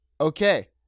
Okay